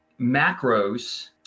macros